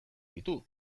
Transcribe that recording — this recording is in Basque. ditu